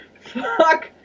Fuck